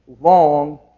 long